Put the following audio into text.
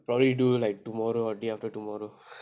probably do like tomorrow or the day after tomorrow